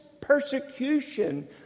persecution